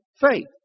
faith